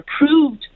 approved